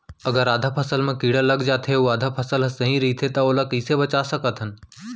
अगर आधा फसल म कीड़ा लग जाथे अऊ आधा फसल ह सही रइथे त ओला कइसे बचा सकथन?